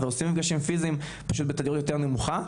עושים גם מפגשים פיזיים פשוט בתדירות יותר נמוכה,